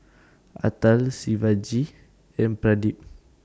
Atal Shivaji and Pradip